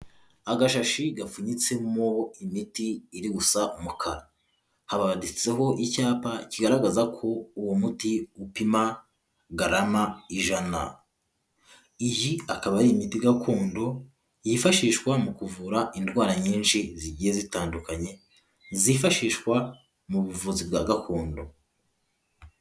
Agashashi gapfunyitsemo imiti iri gusa umukara, haraditseho icyapa kigaragaza ko uwo muti upima garama ijana, iyi akaba ari imiti gakondo yifashishwa mu kuvura indwara nyinshi zigiye zitandukanye zifashishwa mu buvuzi bwa gakondo.